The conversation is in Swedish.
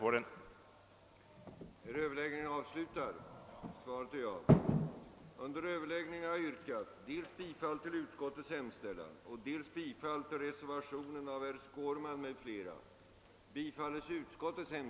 åtgärder för att minska frekvensen av hjärtinfarkt.